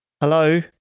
Hello